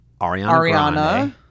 Ariana